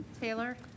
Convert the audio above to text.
taylor